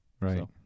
Right